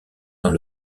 dans